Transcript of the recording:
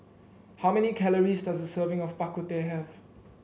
how many calories does a serving of Bak Kut Teh have